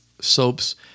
soaps